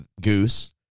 Goose